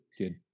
good